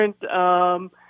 different